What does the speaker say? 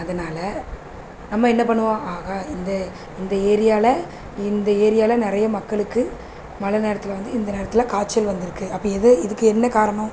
அதனால் நம்ம என்ன பண்ணுவோம் ஆகா இந்த இந்த ஏரியாவில் இந்த ஏரியாவில் நிறைய மக்களுக்கு மழை நேரத்தில் வந்து இந்த நேரத்தில் காய்ச்சல் வந்துருக்குது அப்போ எது இதுக்கு என்ன காரணம்